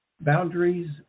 boundaries